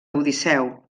odisseu